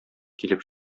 килеп